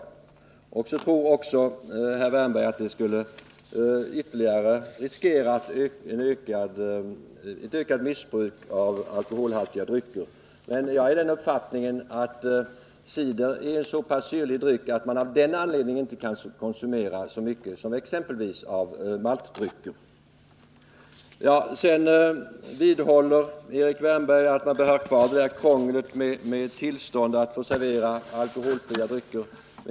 Herr Wärnberg tror också att cidertillverkningen skulle innebära en risk för ökat missbruk av alkoholhaltiga drycker. Men jag har den uppfattningen att cider är en så pass syrlig dryck att man av den anledningen inte kan konsumera så mycket av den som av exempelvis maltdrycker. Herr Wärnberg vidhåller att man bör ha kvar krånglet med tillstånd att servera alkoholfria drycker.